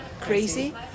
crazy